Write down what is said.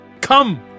come